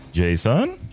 Jason